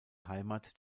heimat